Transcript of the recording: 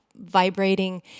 vibrating